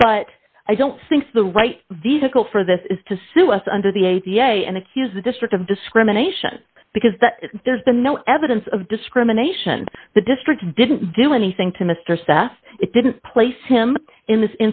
but i don't think the right vehicle for this is to sue us under the a b a and accuse the district of discrimination because there's been no evidence of discrimination the district didn't do anything to mr seth it didn't place him in th